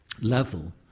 level